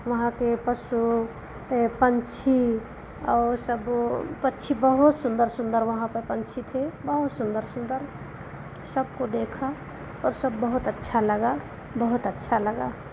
वहाँ के पशु ए पंछी और सब ओ पक्षी बहुत सुन्दर सुन्दर वहाँ पर पंछी थे बहुत सुन्दर सुन्दर सबको देखा और सब बहुत अच्छा लगा बहुत अच्छा लगा